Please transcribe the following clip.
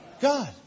God